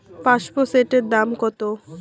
পাম্পসেটের দাম কত?